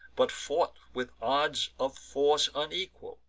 but fought with odds of force unequal,